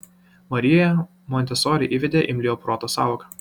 marija montesori įvedė imliojo proto sąvoką